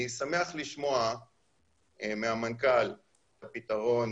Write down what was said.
אני שמח לשמוע מהמנכ"ל את הפתרון,